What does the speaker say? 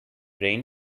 rain